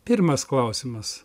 pirmas klausimas